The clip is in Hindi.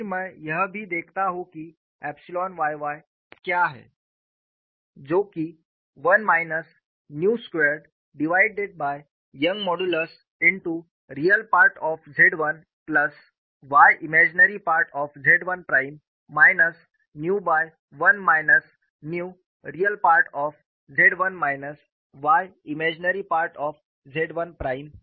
फिर मैं यह भी देखता हूं कि एप्सिलॉन yy क्या है जो कि 1 minus nu square divided by young modulus into real part of Z 1 plus y imaginary part of Z 1 prime minus nu by 1 minus nu real part of Z 1 minus y imaginary part of Z 1 prime